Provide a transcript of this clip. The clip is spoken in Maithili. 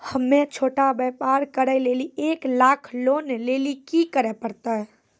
हम्मय छोटा व्यापार करे लेली एक लाख लोन लेली की करे परतै?